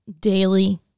daily